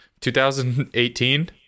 2018